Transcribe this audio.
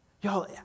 Y'all